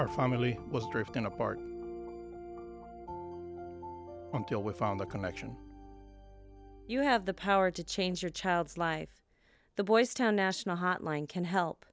our family was drifting apart until we found the connection you have the power to change your child's life the boy's town national hotline can help